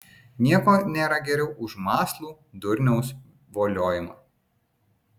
nieko nėra geriau už mąslų durniaus voliojimą